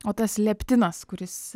o tas leptinas kuris